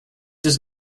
does